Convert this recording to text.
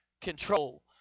control